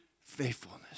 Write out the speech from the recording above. Faithfulness